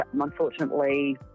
unfortunately